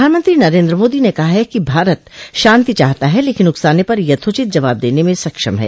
प्रधानमंत्री नरेन्द्र मोदी ने कहा है कि भारत शांति चाहता है लेकिन उकसाने पर यथोचित जवाब देने में सक्षम है